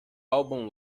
álbum